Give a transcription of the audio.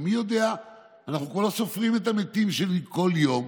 אנחנו סופרים את המתים כל יום,